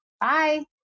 Bye